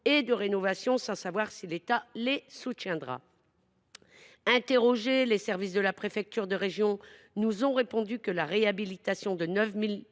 de rénovation, faute de savoir si l’État les soutiendra. Interrogés, les services de la préfecture de région nous ont répondu que la réhabilitation de 9 900